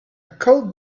cold